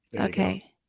Okay